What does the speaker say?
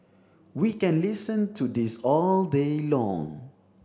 we can listen to this all day long